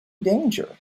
danger